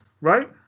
right